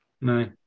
No